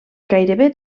gairebé